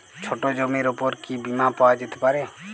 ছোট জমির উপর কি বীমা পাওয়া যেতে পারে?